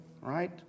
right